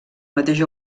mateix